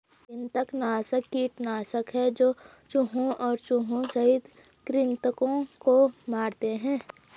कृंतकनाशक कीटनाशक है जो चूहों और चूहों सहित कृन्तकों को मारते है